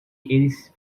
eles